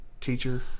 teacher